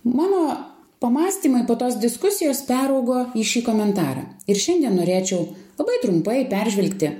mano pamąstymai po tos diskusijos peraugo į šį komentarą ir šiandien norėčiau labai trumpai peržvelgti